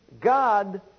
God